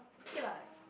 okay lah